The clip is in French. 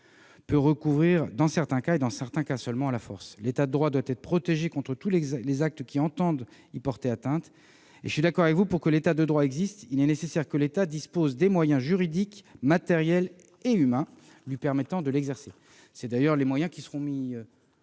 peut recourir dans certains cas- et dans certains cas seulement -à la force. L'État de droit doit être protégé contre tous les actes qui entendent y porter atteinte. Je suis d'accord avec vous : pour que l'État de droit existe, il est nécessaire que l'État dispose des moyens juridiques, matériels et humains lui permettant de l'exercer. C'est d'ailleurs de ces moyens dont nous